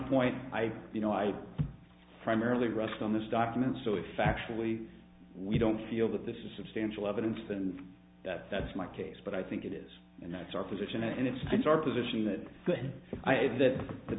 point i you know i primarily rest on this document so if actually we don't feel that this is substantial evidence than that that's my case but i think it is and that's our position and it's been our position that i had that the